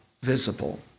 visible